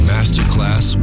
Masterclass